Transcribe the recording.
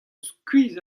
skuizh